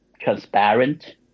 transparent